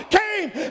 came